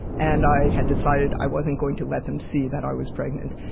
and i had decided i wasn't going to let them see that i was pregnant.